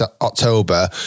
October